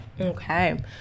Okay